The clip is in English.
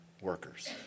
workers